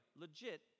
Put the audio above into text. Legit